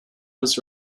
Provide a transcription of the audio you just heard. was